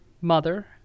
mother